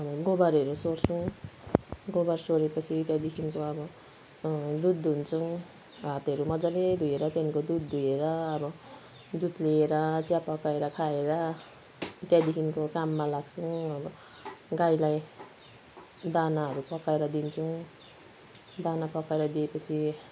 हामी गोबरहरू सोर्छौँ गोबर सोरे पछि त्यहाँदेखिको अब दुध दुहुन्छौँ हातहरू मजाले धोएर त्यहाँको दुध दुहेर अब दुध ल्याएर चिया पकाएर खाएर त्यहाँदेखिको काममा लाग्छौँ अब गाईलाई दानाहरू पकाएर दिन्छौँ दाना पकाएर दिए पछि